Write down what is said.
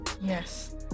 yes